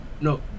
No